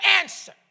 answer